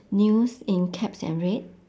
news in caps and red